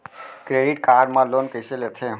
Credit card मा loan कइसे लेथे?